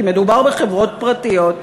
כי מדובר בחברות פרטיות,